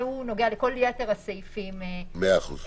והוא נוגע לכל יתר הסעיפים שבפנינו.